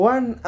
One